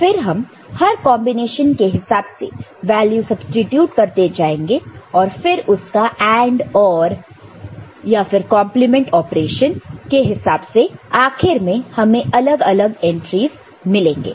फिर हम हर कॉन्बिनेशन के हिसाब से वैल्यू सब्सीट्यूट करते जाएंगे और फिर उसका AND OR और कंप्लीमेंट ऑपरेशन के हिसाब से आखिर में हमें अलग अलग एंट्रीज मिलेंगे